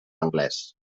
anglès